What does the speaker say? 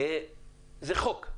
זה חוק.